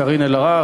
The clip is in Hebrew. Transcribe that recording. קארין אלהרר,